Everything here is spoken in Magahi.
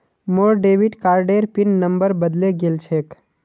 मोर डेबिट कार्डेर पिन नंबर बदले गेल छेक